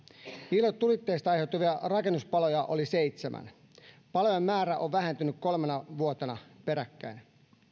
ilotulitteista aiheutuvia rakennuspaloja oli seitsemän palojen määrä on vähentynyt kolmena vuotena peräkkäin